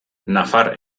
nafar